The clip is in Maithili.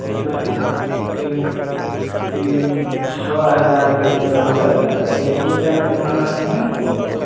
एक महिनाके तीन तीन छओ हजार जैसे होलय ने तऽ एक ही टाइम तो खाना नहि ने खैबहो